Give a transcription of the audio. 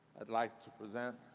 i'd like to present